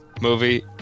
movie